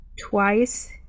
twice